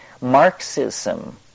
Marxism